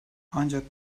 ancak